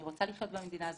אני רוצה לחיות במדינה הזאת.